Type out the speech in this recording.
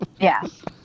Yes